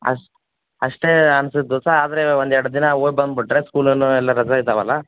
ಅಷ್ಟ್ ಅಷ್ಟೆ ಅನ್ಸತ್ತೆ ದೋಸ್ತ ಆದರೆ ಒಂದು ಎರಡು ದಿನ ಹೋಗ್ ಬಂದುಬಿಟ್ರೆ ಸ್ಕೂಲುನು ಎಲ್ಲ ರಜಾ ಇದ್ದಾವೆ ಅಲ್ಲ